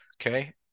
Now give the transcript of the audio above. Okay